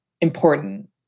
important